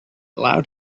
allowed